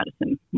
medicine